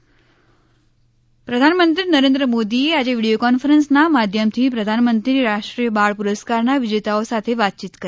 પ્રધાનમંત્રી બાળ પુરસ્કાર પ્રધાનમંત્રી નરેન્દ્ર મોદીએ આજે વીડીયો કોન્ફરન્સના માધ્યમથી પ્રધાનમંત્રી રાષ્ટ્રીય બાળ પુરસ્કારના વિજેતાઓ સાથે વાતયીત કરી